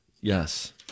Yes